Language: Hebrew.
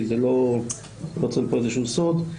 כי זה לא איזה שהוא סוד,